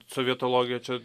sovietologija čia